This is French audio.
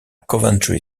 coventry